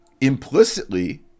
Implicitly